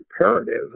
imperative